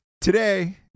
Today